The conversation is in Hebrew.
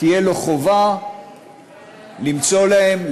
תהיה עליו חובה למצוא להם,